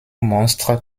monstre